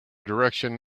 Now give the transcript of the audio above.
direction